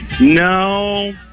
No